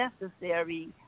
necessary